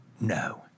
No